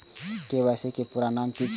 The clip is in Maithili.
के.वाई.सी के पूरा नाम की छिय?